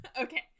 Okay